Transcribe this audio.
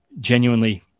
genuinely –